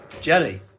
Jelly